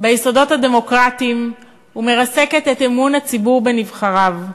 ביסודות הדמוקרטיים ומרסקת את אמון הציבור בנבחריו.